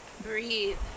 breathe